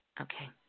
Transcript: Okay